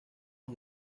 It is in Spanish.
los